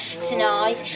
tonight